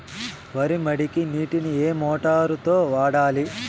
వరి మడికి నీటిని ఏ మోటారు తో వాడాలి?